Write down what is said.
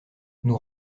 nous